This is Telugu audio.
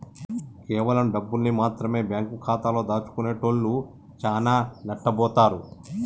కేవలం డబ్బుల్ని మాత్రమె బ్యేంకు ఖాతాలో దాచుకునేటోల్లు చానా నట్టబోతారు